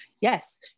yes